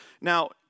Now